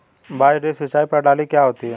बांस ड्रिप सिंचाई प्रणाली क्या होती है?